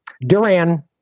duran